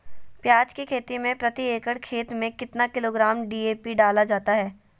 प्याज की खेती में प्रति एकड़ खेत में कितना किलोग्राम डी.ए.पी डाला जाता है?